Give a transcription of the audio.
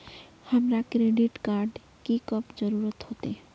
हमरा credit card की कब जरूरत होते?